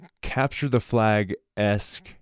capture-the-flag-esque